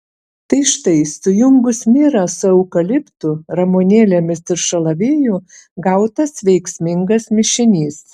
tai štai sujungus mirą su eukaliptu ramunėlėmis ir šalaviju gautas veiksmingas mišinys